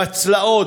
בצלעות,